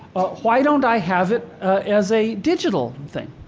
why don't i have it as a digital thing?